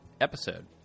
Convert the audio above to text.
episode